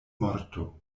morto